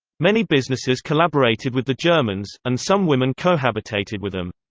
many businesses collaborated with the germans, and some women cohabitated with them.